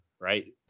right